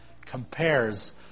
compares